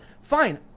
Fine